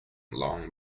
long